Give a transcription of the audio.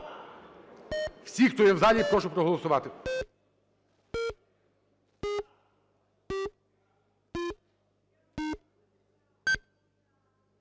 Всіх, хто є в залі, прошу проголосувати.